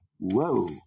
Whoa